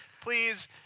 please